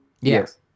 Yes